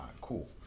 cool